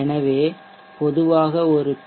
எனவே பொதுவாக ஒரு பி